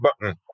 button